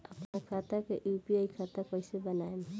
आपन खाता के यू.पी.आई खाता कईसे बनाएम?